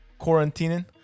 quarantining